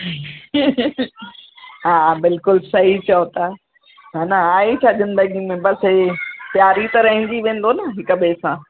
हा बिल्कुलु सही चयो था हा न आहे ई छा ज़िंदगीअ में बसि इहे प्यार ई त रहिजी वेंदो न हिकु ॿिएं सां